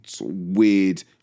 weird